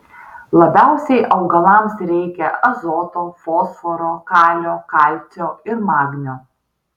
labiausiai augalams reikia azoto fosforo kalio kalcio ir magnio